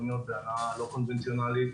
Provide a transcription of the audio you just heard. אוניות בהנעה לא קונבנציונאלית,